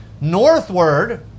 northward